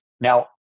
Now